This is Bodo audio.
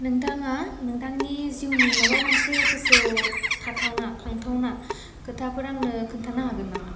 नोंथाङा नोंथांनि जिउनि माबा मोनसे गोसोयाव थाथावना खांथावना खोथाफोर आंनो खोन्थानो हागोन नामा